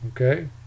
Okay